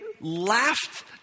laughed